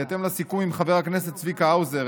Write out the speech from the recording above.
בהתאם לסיכום עם חבר הכנסת צביקה האוזר,